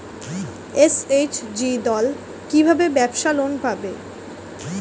SHG দল কী ভাবে ব্যাবসা লোন পাবে?